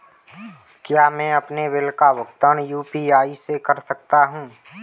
क्या मैं अपने बिल का भुगतान यू.पी.आई से कर सकता हूँ?